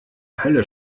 hölle